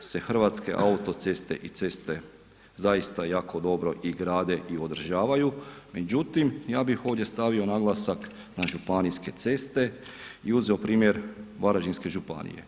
se hrvatske autoceste i ceste zaista jako dobro i grade i održavaju međutim ja bih ovdje stavio naglasak na županijske ceste i uzeo primjer Varaždinske županije.